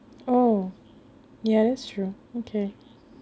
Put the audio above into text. oh ya that's true okay